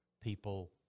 people –